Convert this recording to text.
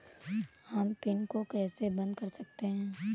हम पिन को कैसे बंद कर सकते हैं?